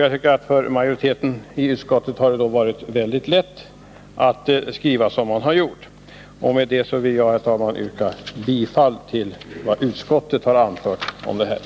Jag tycker att majoriteten i utskottet har haft en mycket lätt uppgift när den skrivit som den gjort. Med detta vill jag, herr talman, yrka bifall till utskottets hemställan.